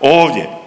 ovdje.